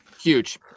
Huge